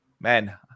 Man